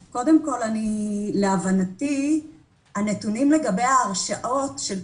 להבנתי הנתונים לגבי ההרשעות של קטינים,